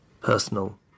personal